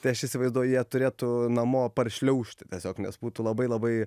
tai aš įsivaizduoju jie turėtų namo paršliaužti tiesiog nes būtų labai labai